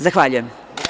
Zahvaljujem.